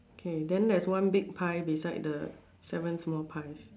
okay then there's one big pie beside the seven small pies